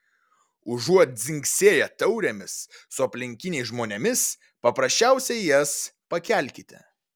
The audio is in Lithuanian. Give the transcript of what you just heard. užuot dzingsėję taurėmis su aplinkiniais žmonėmis paprasčiausiai jas pakelkite